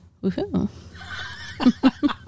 Woo-hoo